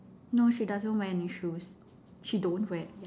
no she doesn't wear any shoes she don't wear ya